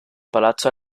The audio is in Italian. palazzo